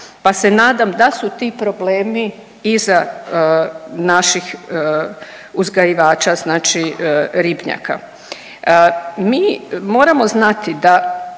pa se nadam da su ti problemi iza naših uzgajivača znači ribnjaka. Mi moramo znati da